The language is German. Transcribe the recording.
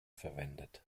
verwendet